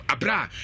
Abra